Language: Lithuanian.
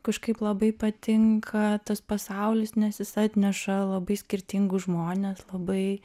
kažkaip labai patinka tas pasaulis nes jis atneša labai skirtingus žmones labai